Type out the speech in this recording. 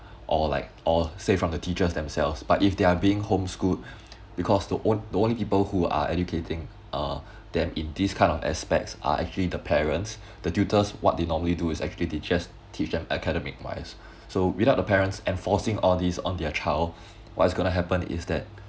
or like or say from the teachers themselves but if they are being home homeschooled because the on~ the only people who are educating uh them in these kind of aspects are actually the parents the tutors what they normally do is actually teaches teach them academic wise so without the parents enforcing all these on their child what's gonna happen is that